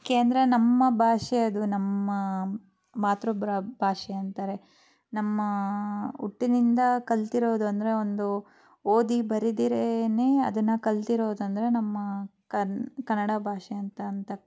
ಏಕೆಂದ್ರೆ ನಮ್ಮ ಭಾಷೆ ಅದು ನಮ್ಮ ಮಾತೃ ಬ್ರ ಭಾಷೆ ಅಂತಾರೆ ನಮ್ಮ ಹುಟ್ಟಿನಿಂದ ಕಲ್ತಿರೋದು ಅಂದರೆ ಒಂದು ಓದಿ ಬರಿದಿರೇ ಅದನ್ನು ಕಲ್ತಿರೋದಂದರೆ ನಮ್ಮ ಕನ್ ಕನ್ನಡ ಭಾಷೆ ಅಂತ ಅಂತಕ್